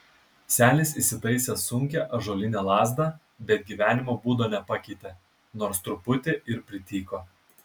senis įsitaisė sunkią ąžuolinę lazdą bet gyvenimo būdo nepakeitė nors truputį ir prityko